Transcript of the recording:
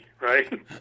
right